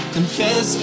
Confess